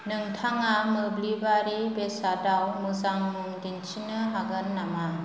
नोंथाङा मोब्लिबारि बेसादआव मोजां मुं दिन्थिनो हागोन नामा